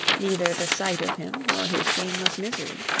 neither the sight of him nor his shameless misery.